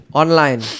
online